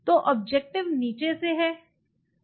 तो ऑब्जेक्टिव नीचे से है